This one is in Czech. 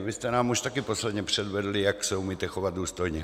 Vy jste nám už také posledně předvedli, jak se umíte chovat důstojně.